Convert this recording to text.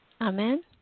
Amen